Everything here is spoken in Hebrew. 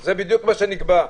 זה בדיוק מה שנקבע.